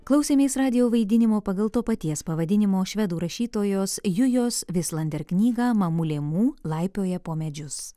klausėmės radijo vaidinimo pagal to paties pavadinimo švedų rašytojos jujos vislander knygą mamulė mū laipioja po medžius